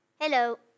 Hello